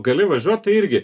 gali važiuot tai irgi